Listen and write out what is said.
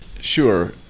Sure